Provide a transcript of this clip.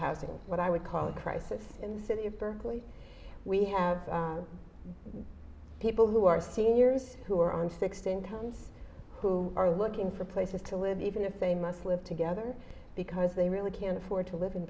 housing what i would call a crisis in the city of berkeley we have people who are seniors who are on fixed incomes who are looking for places to live even if they must live together because they really can't afford to live in